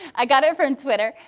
i got it from and twitter.